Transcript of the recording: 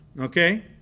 Okay